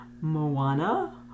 Moana